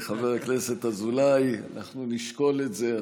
חבר הכנסת אזולאי, אנחנו נשקול את זה.